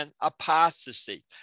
apostasy